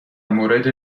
مورد